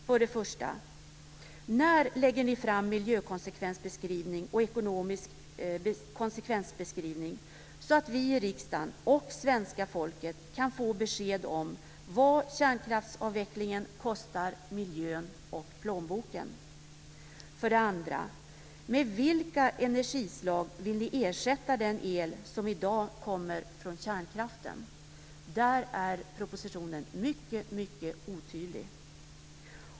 För det första: När lägger ni fram en miljökonsekvensbeskrivning och en ekonomisk konsekvensbeskrivning så att vi i riksdagen och svenska folket kan få besked om vad kärnkraftsavvecklingen kostar miljön och plånboken? För det andra: Med vilka energislag vill ni ersätta den el som i dag kommer från kärnkraften? Där är propositionen mycket, mycket otydlig.